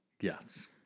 Yes